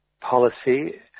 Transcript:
policy